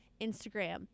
Instagram